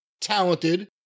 talented